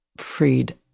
freed